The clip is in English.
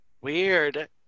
Weird